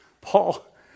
Paul